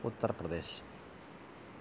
Uttar Pradesh